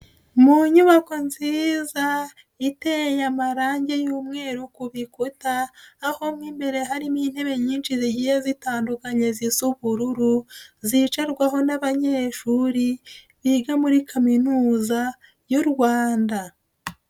Mu nyubako nziza, iteye amarangi y'umweru kukuta, aho mo harimo intebe nyinshi zigiye zitandukanye ziza ubururu, zicarwaho n'abanyeshuri, biga muri kaminuza y'u Rwanda.